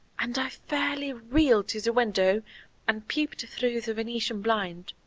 and i fairly reeled to the window and peeped through the venetian blind.